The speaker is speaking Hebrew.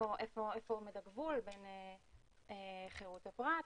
ואיפה עומד הגבול בין חירות הפרט לבין,